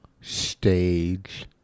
stage